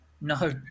no